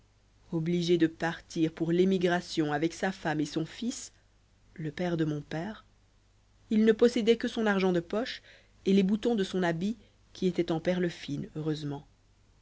obligé de partir pour l'émigration avec sa femme et son fils le père de mon père il ne possédait que son argent de poche et les boutons de son habit qui étaient en perles fines heureusement